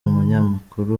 umunyamakuru